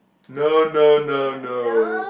no no no no